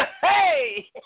Hey